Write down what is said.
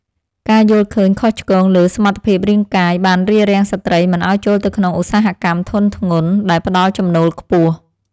ការយល់ឃើញខុសឆ្គងលើសមត្ថភាពរាងកាយបានរារាំងស្ត្រីមិនឱ្យចូលទៅក្នុងឧស្សាហកម្មធុនធ្ងន់ដែលផ្តល់ចំណូលខ្ពស់។